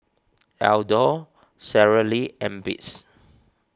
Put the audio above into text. Aldo Sara Lee and Beats